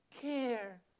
care